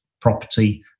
property